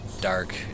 Dark